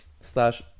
slash